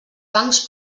bancs